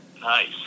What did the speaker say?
Nice